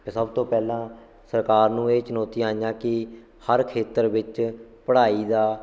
ਤਾਂ ਸਭ ਤੋਂ ਪਹਿਲਾਂ ਸਰਕਾਰ ਨੂੰ ਇਹ ਚੁਣੌਤੀਆਂ ਆਈਆਂ ਕਿ ਹਰ ਖੇਤਰ ਵਿੱਚ ਪੜ੍ਹਾਈ ਦਾ